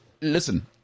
listen